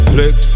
Flex